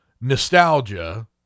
nostalgia